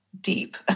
deep